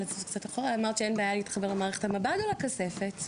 או לכספת?